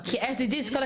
SDG. אנחנו נלמד את זה.